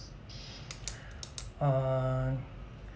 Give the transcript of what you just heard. hold on